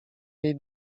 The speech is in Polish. jej